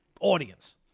audience